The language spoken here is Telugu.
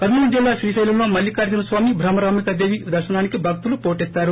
కర్నూలు జిల్లా శ్రీశైలంలో మల్లిఖార్జున స్వామి భ్రమరాంభిక దేవి దర్ఫనానికి భక్తులు పోటెత్తారు